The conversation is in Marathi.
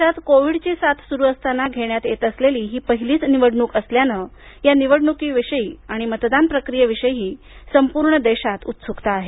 देशात कोविडची साथ सुरू असताना घेण्यात येत असलेली ही पहिलीच निवडणूक असल्यानं या निवडणुकीविषयी मतदान प्रक्रियेविषयी संपूर्ण देशात उत्सुकता आहे